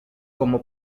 como